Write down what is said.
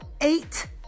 eight